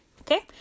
Okay